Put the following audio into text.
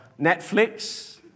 Netflix